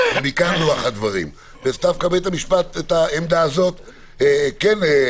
בית המשפט את העמדה הזאת כן.